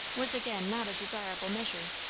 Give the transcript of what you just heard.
was again not a desirable measure,